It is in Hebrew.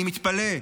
אני מתפלא.